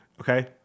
okay